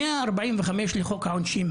145 לחוק העונשין,